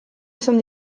izan